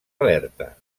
alerta